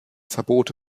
verbote